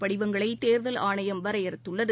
படிவங்களைதேர்தல் ஆணையம் வரையறுத்துள்ளது